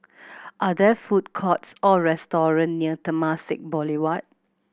are there food courts or restaurant near Temasek Boulevard